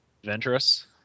Adventurous